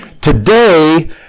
today